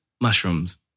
mushrooms